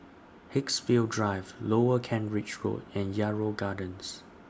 Haigsville Drive Lower Kent Ridge Road and Yarrow Gardens